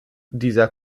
dieser